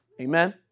Amen